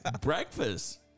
Breakfast